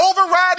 override